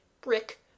brick